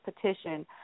petition